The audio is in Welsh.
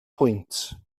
pwynt